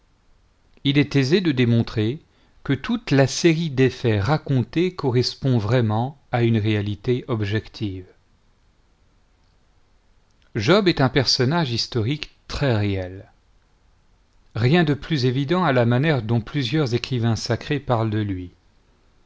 il est aisé de démontrer ue toute la série des faits racontés correspond vraiment à une réalité objective job est un personnage historique très réel rien de plus évident à la manière dont plusieurs écrivains sacrés parlent de lui